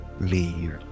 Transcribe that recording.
leave